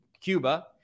Cuba